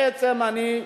בעצם אני,